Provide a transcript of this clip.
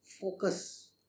focus